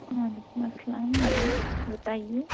وعلیکم السلام جی بتائیے